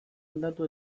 aldatu